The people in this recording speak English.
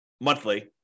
monthly